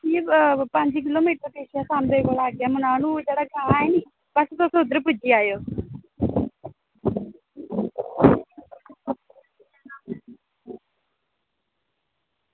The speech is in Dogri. एह् पंज किलोमीटर सांबा दे अग्गें मनानू जेह्ड़ा ग्रां ऐ ना तुस उत्थें पुज्जी जायो